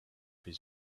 his